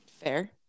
fair